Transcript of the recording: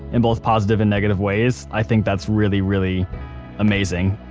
in both positive and negative ways. i think that's really, really amazing